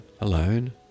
alone